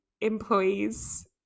employees